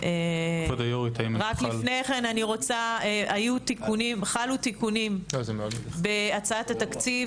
רק לפני כן חלו תיקונים בהצעת התקציב,